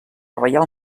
reial